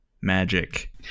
magic